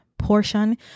portion